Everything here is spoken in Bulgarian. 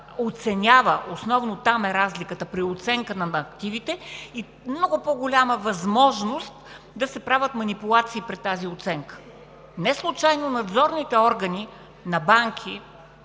оценява – разликата основно е при оценката на активите, и много по-голяма е възможността да се правят манипулации при тази оценка. Неслучайно надзорните органи на банки,